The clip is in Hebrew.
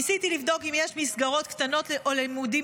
ניסיתי לבדוק אם יש מסגרות קטנות או לימודים